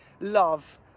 love